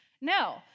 No